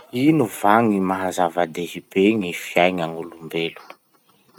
Ino va gny maha zava-dehibe gny fiaigna gn'olombelo?